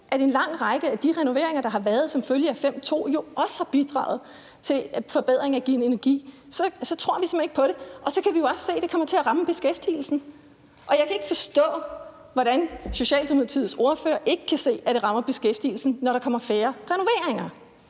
at en lang række af de renoveringer, der har været som følge af § 5, stk. 2, jo også har bidraget til energiforbedringer, så tror vi simpelt hen ikke på det. Så kan vi jo også se, at det kommer til at ramme beskæftigelsen. Og jeg kan ikke forstå, hvordan Socialdemokratiets ordfører ikke kan se, at det rammer beskæftigelsen, når der kommer færre renoveringer.